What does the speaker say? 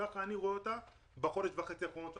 כך אני רואה אותה בחודש וחצי האחרונים.